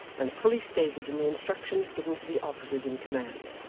and fully stated in the instructions given to the officers in command,